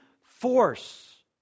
force